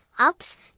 Ups